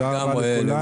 תודה רבה לכולם.